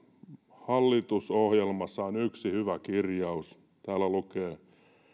hallitusohjelmassa on yksi hyvä kirjaus täällä lukee